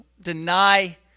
deny